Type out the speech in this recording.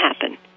happen